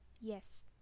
yes